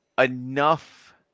enough